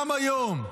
גם היום,